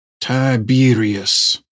Tiberius